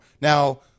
Now